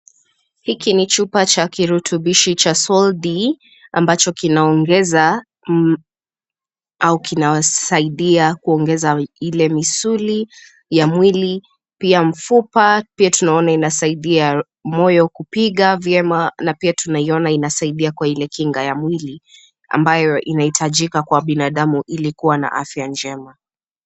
Hiki ni chupa cha kirutubishi cha Sol-D ambacho kinaongeza au kinasaidia kuongeza ile misuli ya mwili, pia mfupa. Pia tunaona inasaidia moyo kupiga vyema na pia tunaona inasaidia kwa ile kinga ya mwili ambayo inahitajika kwa binadamu ili kuwa na afya njema.